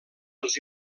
els